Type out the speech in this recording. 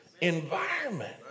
environment